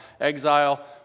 exile